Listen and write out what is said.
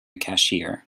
cashier